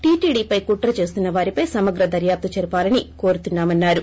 టీటీడీపై కుట్ర చేస్తున్న వారిపై సమగ్ర దర్యాప్తు జరపాలని కోరుతున్నా మన్నారు